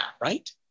right